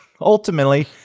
ultimately